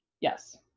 Yes